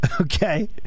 okay